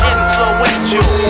Influential